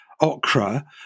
okra